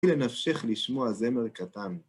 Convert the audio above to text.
הנה, נמשיך לשמוע זמר קטן.